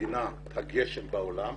מדינת הגשם בעולם,